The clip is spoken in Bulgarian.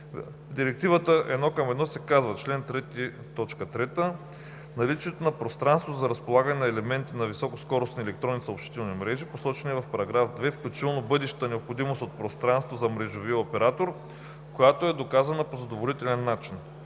Директивата едно към едно се казва: „Чл. 3, т. 3 – наличието на пространство за разполагане на елементи на високоскоростни електронни съобщителни мрежи, посочени в § 2, включително бъдещата необходимост от пространство за мрежовия оператор, която е доказана по задоволителен начин“.